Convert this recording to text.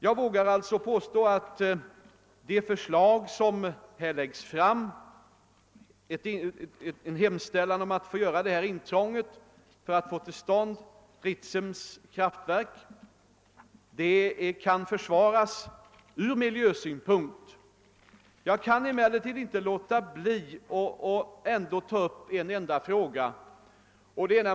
Jag vågar alltså påstå att det förslag som här läggs fram — en hemställan om att få göra detta intrång för att få till stånd Ritsems kraftverk — kan försvaras ur miljösynpunkt. Jag kan emellertid inte låta bli att ta upp en fråga till.